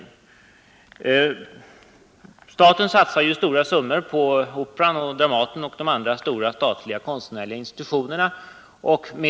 Staten satsar — med all rätt — stora summor på Operan, Dramaten och de andra stora statliga konstnärliga institutionerna.